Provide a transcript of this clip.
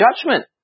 judgment